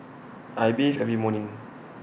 I bathe every morning